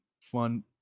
fun